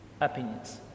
opinions